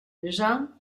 jean